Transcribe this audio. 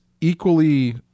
equally